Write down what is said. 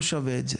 לבצע.